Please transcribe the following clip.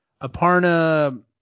Aparna –